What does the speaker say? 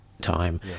time